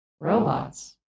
Robots